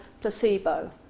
placebo